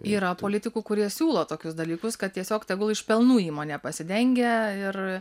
yra politikų kurie siūlo tokius dalykus kad tiesiog tegul iš pelnų įmonė pasidengia ir